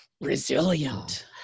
resilient